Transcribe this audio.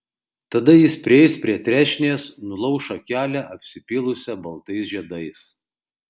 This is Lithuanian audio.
tada jis prieis prie trešnės nulauš šakelę apsipylusią baltais žiedais